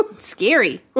scary